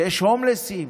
כשיש הומלסים,